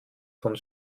von